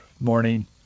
morning